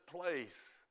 place